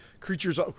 creatures